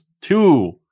Two